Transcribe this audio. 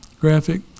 graphic